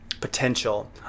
potential